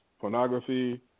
pornography